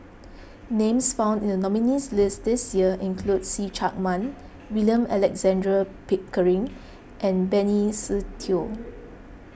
names found in the nominees' list this year include See Chak Mun William Alexander Pickering and Benny Se Teo